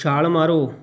ਛਾਲ ਮਾਰੋ